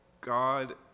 God